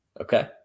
Okay